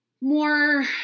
more